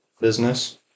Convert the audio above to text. business